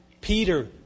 Peter